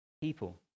people